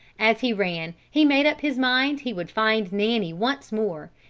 as he ran, he made up his mind he would find nanny once more,